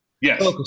Yes